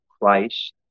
Christ